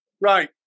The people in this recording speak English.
Right